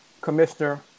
Commissioner